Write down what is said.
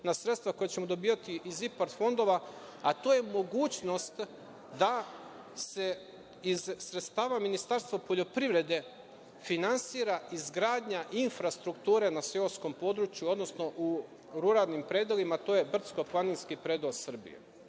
na sredstava koja ćemo dobijati iz IPARD fondova, a to je mogućnost da se iz sredstava Ministarstva poljoprivrede finansira izgradnja infrastrukture na seoskom području, odnosno u ruralnim predelima, to je brdsko-planinski predeo Srbije. To